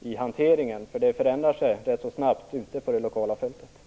i hanteringen, därför att det sker snabba förändringar ute på det lokala fältet.